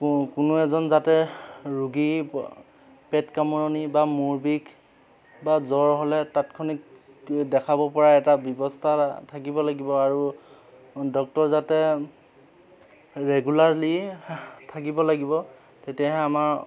কোনো এজন যাতে ৰোগী পেট কামোৰণি বা মূৰ বিষ বা জ্বৰ হ'লে তৎক্ষণিক দেখাব পৰা এটা ব্যৱস্থা থাকিব লাগিব আৰু ডক্টৰ যাতে ৰেগুলাৰলি থাকিব লাগিব তেতিয়াহে আমাৰ